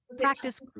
practice